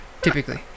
typically